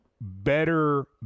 better